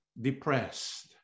depressed